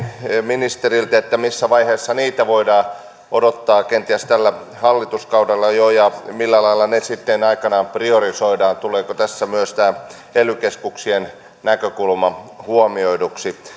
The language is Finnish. ministeriltä missä vaiheessa niitä voidaan odottaa kenties tällä hallituskaudella jo millä lailla ne sitten aikanaan priorisoidaan tuleeko tässä myös tämä ely keskuksien näkökulma huomioiduksi